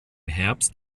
herbst